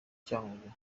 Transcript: cyangugu